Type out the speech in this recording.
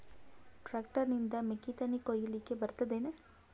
Tractor ನಿಂದ ಮೆಕ್ಕಿತೆನಿ ಕೊಯ್ಯಲಿಕ್ ಬರತದೆನ?